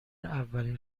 اولین